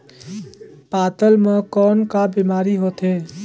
पातल म कौन का बीमारी होथे?